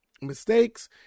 mistakes